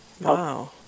Wow